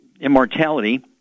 Immortality